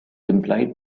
implied